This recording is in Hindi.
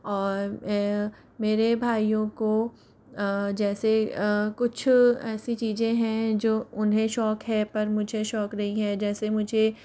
और मेरे भाइयों को जैसे कुछ ऐसी चीज़ें हैं जो उन्हें शौक़ है पर मुझे शौक़ नहीं है जैसे मुझे